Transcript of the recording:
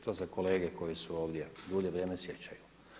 To za kolege koji su ovdje dulje vrijeme sjećaju.